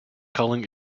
culling